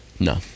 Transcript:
no